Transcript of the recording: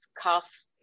cuffs